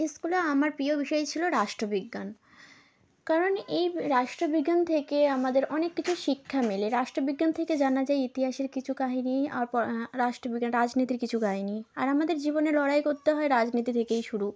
স্কুলে আমার প্রিয় বিষয় ছিল রাষ্ট্রবিজ্ঞান কারণ এই রাষ্ট্রবিজ্ঞান থেকে আমাদের অনেক কিছু শিক্ষা মেলে রাষ্ট্রবিজ্ঞান থেকে জানা যায় ইতিহাসের কিছু কাহিনি আর পর রাষ্ট্রবিজ্ঞান রাজনীতির কিছু কাহিনি আর আমাদের জীবনে লড়াই করতে হয় রাজনীতি থেকেই শুরু